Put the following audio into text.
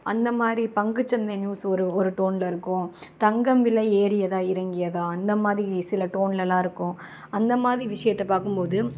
அந்தமாதிரி பங்குச்சந்தை நியூஸ் ஒரு ஒரு டோன்ல இருக்கும் தங்கம் விலை ஏறியதாக இறங்கியதாக அந்தமாதிரி சில டோன்லலாம் இருக்கும் அந்தமாதிரி விஷயத்தை பார்க்கும்போது